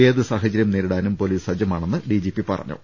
ഏത് സാഹചര്യവും നേരിടാൻ പൊലീസ് സജ്ജമാണെന്നും ഡി ജി പി പറഞ്ഞു